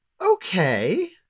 Okay